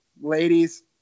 ladies